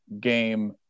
game